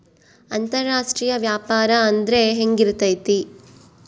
ಅಂತರಾಷ್ಟ್ರೇಯ ವ್ಯಾಪಾರ ಅಂದ್ರೆ ಹೆಂಗಿರ್ತೈತಿ?